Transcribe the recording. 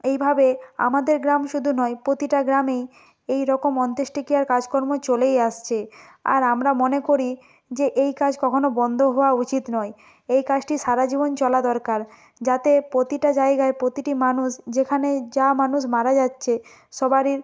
এইভাবে আমাদের গ্রাম শুধু নয় প্রতিটা গ্রামেই এই রকম অন্ত্যেষ্টিক্রিয়ার কাজকর্ম চলেই আসছে আর আমরা মনে করি যে এই কাজ কখনও বন্দ হওয়া উচিত নয় এই কাজটি সারা জীবন চলা দরকার যাতে প্রতিটা জায়গায় প্রতিটি মানুষ যেখানে যা মানুষ মারা যাচ্ছে সবারই